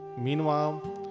Meanwhile